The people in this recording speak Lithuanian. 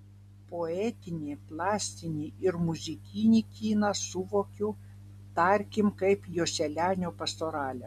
poetinį plastinį ir muzikinį kiną suvokiu tarkim kaip joselianio pastoralę